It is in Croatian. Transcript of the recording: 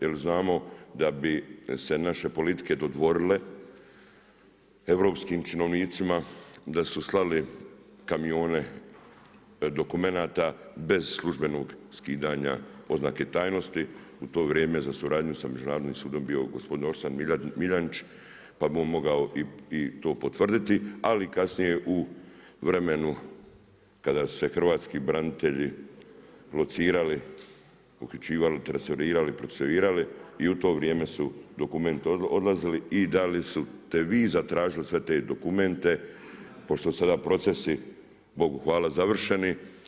Jer znamo da bi se naše politike dodvorile europskim činovnicima, da su slale kamione dokumenata bez službenog skidanja oznake tajnosti u to vrijeme za suradnje sa Međunarodnim sudom bio gospodin Orsat Miljenić, pa bi on mogao i to potvrditi, ali kasnije u vremenu kada su se hrvatski branitelji locirali, uključivali … procesuirali i u to vrijeme su dokumenti odlazili i da li ste vi zatražili sve te dokumente, pošto su sad procesi Bogu hvala završeni.